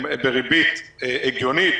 הם בריבית הגיונית,